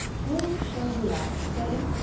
whom shall you ask, betty?